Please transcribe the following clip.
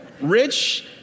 Rich